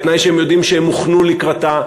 בתנאי שהם יודעים שהם הוכנו לקראתה,